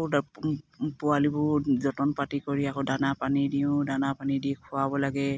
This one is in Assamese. আকৌ পোৱালিবোৰ যতন পাতি কৰি আকৌ দানা পানী দিওঁ দানা পানী দি খোৱাব লাগে